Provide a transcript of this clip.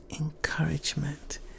encouragement